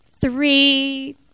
three